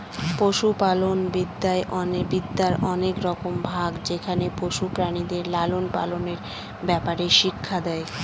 পশুপালনবিদ্যার অনেক রকম ভাগ যেখানে পশু প্রাণীদের লালন পালনের ব্যাপারে শিক্ষা দেয়